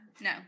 no